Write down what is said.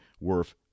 worth